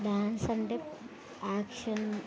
dance అంటే action